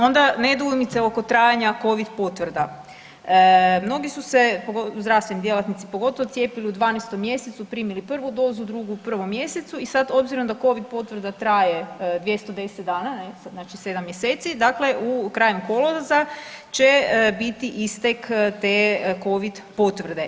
Onda nedoumice oko trajanja covid potvrda, mnogi su se zdravstveni djelatnici pogotovo cijepili u 12. mjesecu primili prvu dozu, drugu u 1. mjesecu i sad obzirom da covid potvrda traje 210 dana znači sedam mjeseci dakle krajem kolovoza će biti istek te covid potvrde.